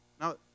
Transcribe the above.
Now